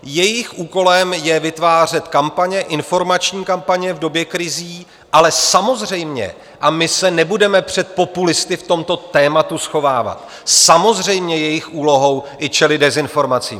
Jejich úkolem je vytvářet kampaně, informační kampaně v době krizí, ale samozřejmě a my se nebudeme před populisty v tomto tématu schovávat samozřejmě jejich úlohou je čelit dezinformacím.